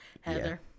Heather